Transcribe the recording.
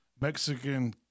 Mexican